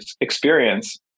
experience